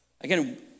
Again